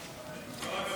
הכבוד,